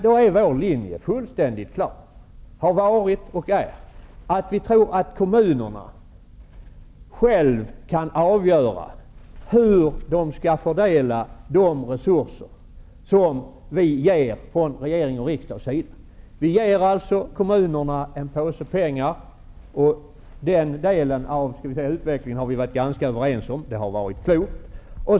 Vår linje är fullständigt klar, har varit och är. Vi tror att kommunerna själva kan avgöra hur de skall fördela de resurser som regering och riksdag ger. Vi ger kommunerna en påse pengar. Den delen av utvecklingen har vi varit ganska överens om. Det har varit klokt.